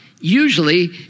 usually